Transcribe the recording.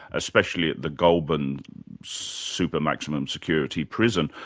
especially at the goulbourn supper-maximum security prison.